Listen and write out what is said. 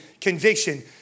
conviction